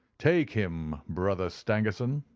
take him, brother stangerson,